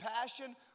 passion